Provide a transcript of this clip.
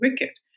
wicket